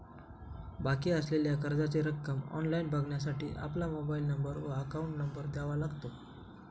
बाकी असलेल्या कर्जाची रक्कम ऑनलाइन बघण्यासाठी आपला मोबाइल नंबर व अकाउंट नंबर द्यावा लागतो